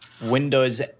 Windows